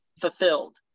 fulfilled